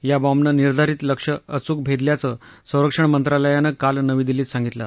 या बॉम्बनं निर्धारित लक्ष्य अचूक भेदल्याचं संरक्षण मंत्रालयानं काल नवी दिल्लीत सांगितलं